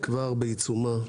כבר בעיצומה.